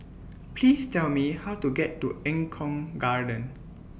Please Tell Me How to get to Eng Kong Garden